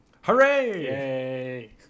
Hooray